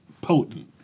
potent